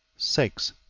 six.